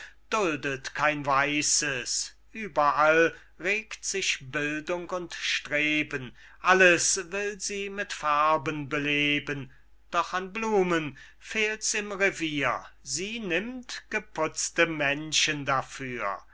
duldet kein weißes ueberall regt sich bildung und streben alles will sie mit farben beleben doch an blumen fehlts im revier sie nimmt geputzte menschen dafür